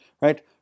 right